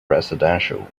residential